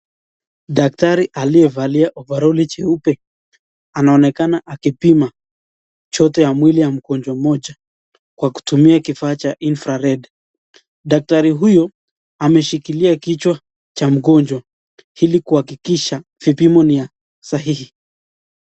Daktari aliyevalia ovaroli jeupe anaonekana akipima joto ya mwili ya mgonjwa mmoja kwa kutumia kifaa cha infrared . Daktari huyu ameshikilia kichwa cha mgonjwa ili kuhakikisha vipimo ni ya sahihi.